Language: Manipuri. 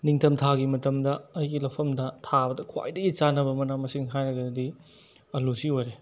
ꯅꯤꯡꯊꯝ ꯊꯥꯒꯤ ꯃꯇꯝꯗ ꯑꯩꯒꯤ ꯂꯧꯐꯝꯗ ꯊꯥꯕꯗ ꯈ꯭ꯋꯥꯏꯗꯒꯤ ꯆꯥꯟꯅꯕ ꯃꯅꯥ ꯃꯁꯤꯡ ꯍꯥꯏꯔꯒꯗꯤ ꯑꯥꯂꯨꯁꯤ ꯑꯣꯏꯔꯦ